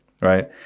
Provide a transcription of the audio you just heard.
right